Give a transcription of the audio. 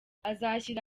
azashyira